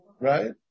right